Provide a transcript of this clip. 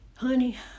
Honey